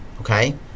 okay